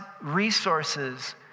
resources